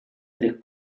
tre